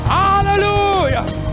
hallelujah